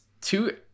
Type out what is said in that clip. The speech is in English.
two